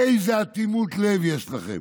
איזו אטימות לב יש לכם.